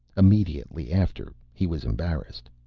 immediately after, he was embarrassed.